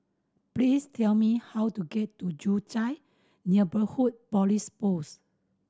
please tell me how to get to Joo Chiat Neighbourhood Police Post